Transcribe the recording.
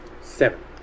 Seven